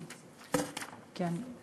כן.